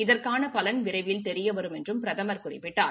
இதற்கான பலன் விரைவில் தெரியவரும் என்றும் பிரதமர் குறிப்பிட்டார்